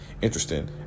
interesting